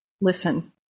listen